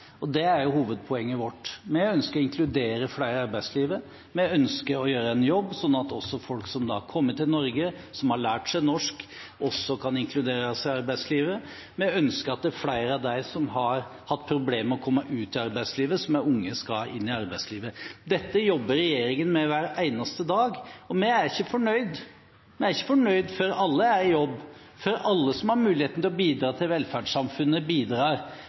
arbeid. Det er jo hovedpoenget vårt. Vi ønsker å inkludere flere i arbeidslivet, vi ønsker å gjøre en jobb sånn at også folk som har kommet til Norge, som har lært seg norsk, kan inkluderes i arbeidslivet. Vi ønsker at flere av dem som har hatt problemer med å komme ut i arbeidslivet, som er unge, skal inn i arbeidslivet. Dette jobber regjeringen med hver eneste dag, og vi er ikke fornøyde. Vi er ikke fornøyde før alle er i jobb, før alle som har muligheten til å bidra til velferdssamfunnet, bidrar